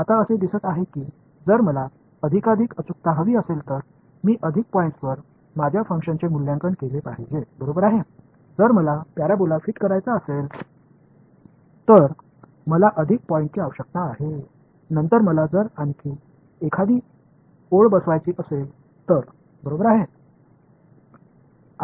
आता असे दिसते आहे की जर मला अधिकाधिक अचूकता हवी असेल तर मी अधिक पॉईंट्सवर माझ्या फंक्शनचे मूल्यांकन केले पाहिजे बरोबर आहे जर मला पॅराबोला फिट करायचा असेल तर मला अधिक पॉईंट्सची आवश्यकता आहे नंतर मला जर एखादी ओळ बसवायची असेल तर बरोबर आहे